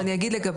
אז אני אגיד שוב,